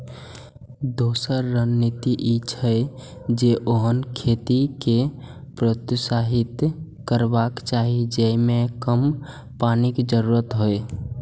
दोसर रणनीति ई छै, जे ओहन खेती कें प्रोत्साहित करबाक चाही जेइमे कम पानिक जरूरत हो